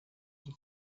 icyo